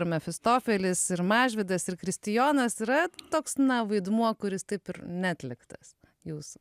ir mefistofelis ir mažvydas ir kristijonas yra toks na vaidmuo kuris taip ir neatliktas jūsų